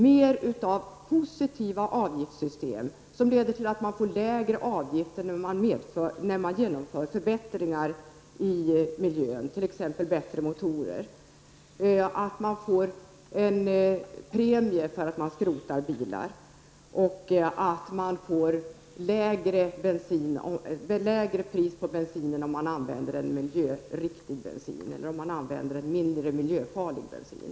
Det borde finnas mer av positiva avgiftssystem, som leder till att man får lägre avgifter när man genomför förbättringar i miljön, t.ex. bättre motorer, till att man får en premie för att skrota bilar och till att man får lägre pris på bensinen om man använder en mindre miljöfarlig bensin.